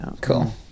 cool